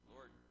Lord